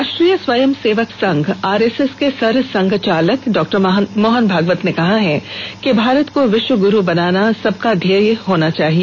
राष्ट्रीय स्वयंसेवक संघ आरएसएस के सर संघचालक डॉ मोहन भागवत ने कहा है कि भारत को विश्वगुरु बनाना सबका ध्येय होना चाहिए